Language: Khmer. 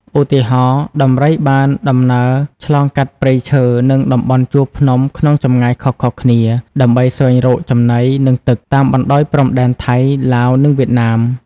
ឧទាហរណ៍ ដំរីបានដំណើរឆ្លងកាត់ព្រៃឈើ និងតំបន់ជួរភ្នំក្នុងចម្ងាយខុសៗគ្នា ដើម្បីស្វែងរកចំណី និងទឹក តាមបណ្ដោយព្រំដែនថៃ ឡាវ និងវៀតណាម។